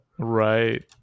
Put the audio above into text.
Right